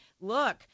look